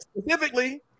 specifically